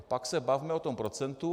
Pak se bavme o tom procentu.